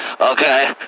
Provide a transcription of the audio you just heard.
okay